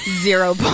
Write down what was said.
zero